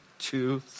two